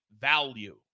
value